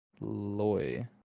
Loy